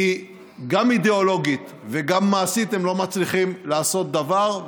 כי גם אידיאולוגית וגם מעשית הם לא מצליחים לעשות דבר,